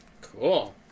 Cool